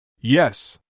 Yes